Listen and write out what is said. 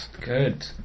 Good